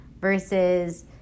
versus